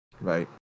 Right